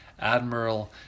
Admiral